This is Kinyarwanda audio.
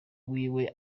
wiwe